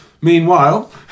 Meanwhile